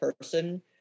person